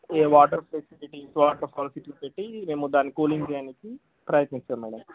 ఈ water facilities water faucet పెట్టి మేము దాన్ని కూలింగ్ చేయటానికి ప్రయత్నిస్తాము మేడం